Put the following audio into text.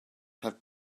have